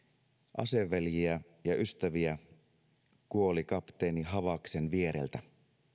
aseveljiä ja ystäviä kuoli kapteeni havaksen viereltä